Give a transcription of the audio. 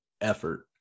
effort